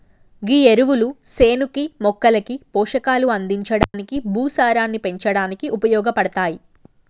గీ ఎరువులు సేనుకి మొక్కలకి పోషకాలు అందించడానికి, భూసారాన్ని పెంచడానికి ఉపయోగపడతాయి